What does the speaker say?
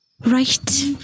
Right